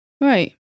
Right